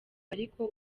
ariko